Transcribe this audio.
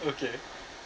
okay